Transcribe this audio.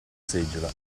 seggiola